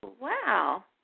Wow